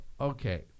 okay